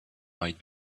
might